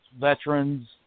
veterans